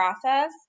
process